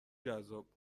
جذاب